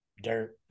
dirt